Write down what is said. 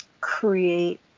create